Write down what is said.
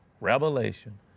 revelation